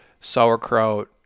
sauerkraut